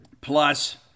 plus